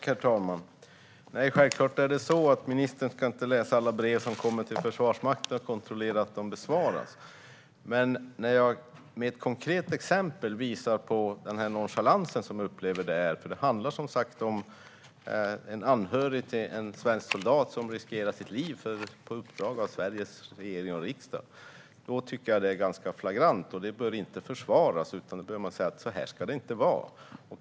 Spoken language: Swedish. Herr talman! Självklart ska inte ministern läsa alla brev som kommer till Försvarsmakten och kontrollera att de besvaras. Men jag visar här med ett konkret exempel på den nonchalans som jag upplever att detta är. Det handlar som sagt om en anhörig till en svensk soldat som riskerar sitt liv på uppdrag av Sveriges regering och riksdag. Det tycker jag är ganska flagrant, och det bör inte försvaras. Då behöver man säga: Så här ska det inte vara!